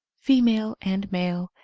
fe male and male,